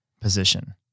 position